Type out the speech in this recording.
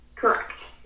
Correct